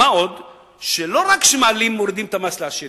מה עוד שלא רק שמורידים את המס לעשירים,